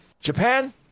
Japan